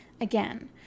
Again